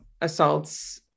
assaults